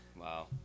Wow